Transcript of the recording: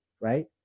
right